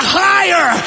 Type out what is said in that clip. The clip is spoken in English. higher